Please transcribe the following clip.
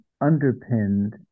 underpinned